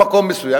במקום מסוים,